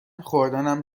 خوردنم